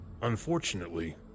Unfortunately